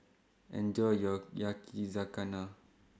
Enjoy your Yakizakana